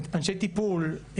אנשי טיפול,